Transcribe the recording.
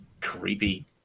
creepy